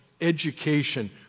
education